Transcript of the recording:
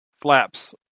flaps